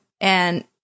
And-